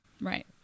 Right